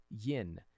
yin